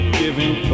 giving